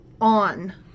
On